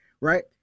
right